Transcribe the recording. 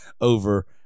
over